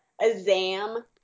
Azam